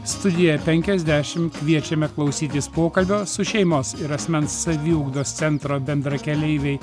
studijoje penkiasdešimt kviečiame klausytis pokalbio su šeimos ir asmens saviugdos centro bendrakeleiviai